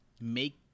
make